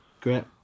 Great